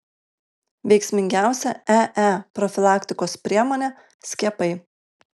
veiksmingiausia ee profilaktikos priemonė skiepai